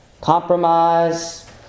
Compromise